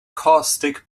caustic